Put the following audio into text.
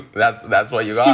that that for you?